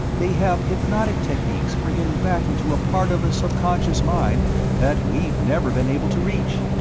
they have hypnotic techniques for getting back into a part of the subconscious mind that we've never been able to reach.